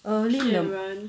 early in the morning